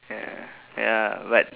ya ya but